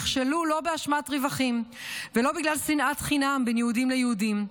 נכשלו לא באשמת 'ריב אחים' ולא בגלל 'שנאת חינם' בין יהודים ליהודים,